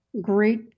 great